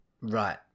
Right